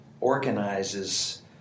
organizes